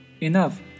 enough